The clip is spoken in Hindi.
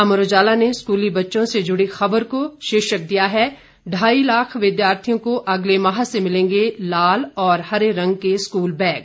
अमर उजाला ने स्कूली बच्चों से जुड़ी खबर को शीर्षक दिया है ढाई लाख विद्यार्थियों को अगले माह से मिलेंगे लाल और हरे रंग के स्कूल बैग